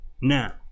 Now